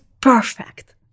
perfect